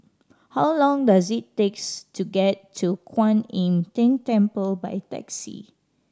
how long does it takes to get to Kwan Im Tng Temple by taxi